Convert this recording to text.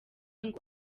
ngo